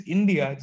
India